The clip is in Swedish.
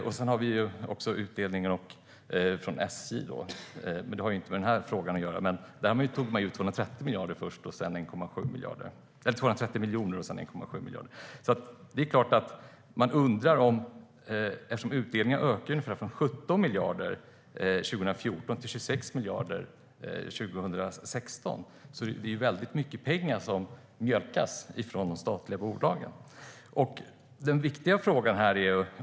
Vi har också utdelningar från SJ. Det har inte med den här frågan att göra, men där tog man först ut 230 miljoner och sedan 1,7 miljarder. Utdelningarna ökar från ungefär 17 miljarder 2014 till 26 miljarder 2016. Det är mycket pengar som mjölkas från de statliga bolagen. Det är klart att jag undrar.